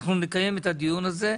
אנחנו נקיים את הדיון הזה.